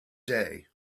day